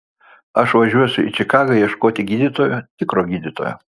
aš važiuosiu į čikagą ieškoti gydytojo tikro gydytojo